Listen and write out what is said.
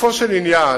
לגופו של עניין,